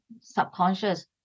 subconscious